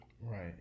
Right